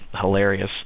hilarious